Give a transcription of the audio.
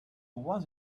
was